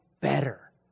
better